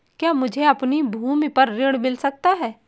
क्या मुझे अपनी भूमि पर ऋण मिल सकता है?